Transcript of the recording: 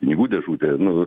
pinigų dėžutėje nu